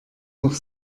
noch